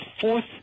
fourth